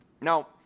Now